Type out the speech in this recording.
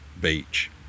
beach